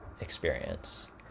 experience